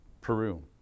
Peru